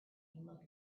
looked